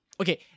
Okay